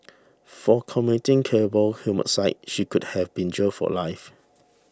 for committing cable homicide she could have been jailed for life